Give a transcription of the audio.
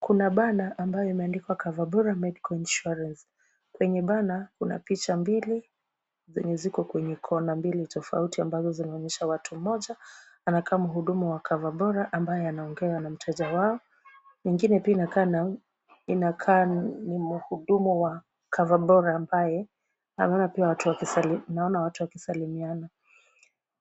Kuna banner ambayo imeandikwa Coverbora Medical Insurance. Kwenye banner kuna picha mbili zenye ziko kwenye kona mbili tofauti ambazo zinaonyesha watu, mmoja anakaa mhuduma wa Coverbora ambaye anaongea na mteja wao. Mwingine pia inakaa na mhudumu wa Coverbora ambaye ameona watu wakisalimiana.